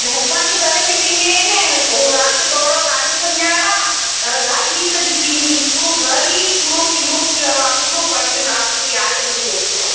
ॿियो असांजे घर में बि इहा हा न पोइ राति गौरव गाॾी खणी आयो आहे त गाॾी सॼी किनी पूरो घर ई पूरो किनो थी वियो आहे पूरो फ़र्श राति जो यारहें बजे धोतो आहे